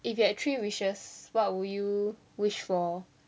if you had three wishes what would you wish for